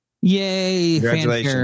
Yay